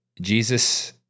Jesus